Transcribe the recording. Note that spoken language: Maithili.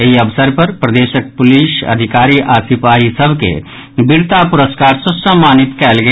एहि अवसर पर प्रदेशक पुलिस अधिकारी आओर सिपाही सभ के वीरता पुरस्कार सँ सम्मानित कयल गेल